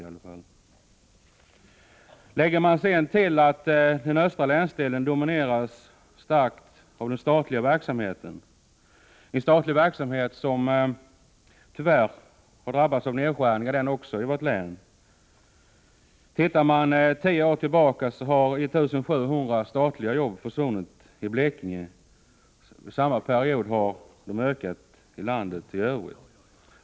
Därtill kommer att den östra länsdelen domineras starkt av den statliga verksamheten, en statlig verksamhet som tyvärr också den har drabbats av nedskärningar i vårt län. Sedan tio år tillbaka har 1700 statliga jobb försvunnit i Blekinge. Under samma period har antalet statliga arbetstillfällen ökat i landet i övrigt.